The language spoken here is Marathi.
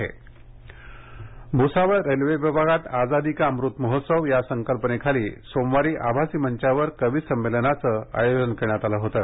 कवी संमेलन जळगाव भूसावळ रेल्वे विभागात आजादी का अमृत महोत्सव या संकल्पनेखाली सोमवारी आभासी मंचावर कवी संमेलनाचं आयोजन करण्यात आलं होतं